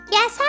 Yes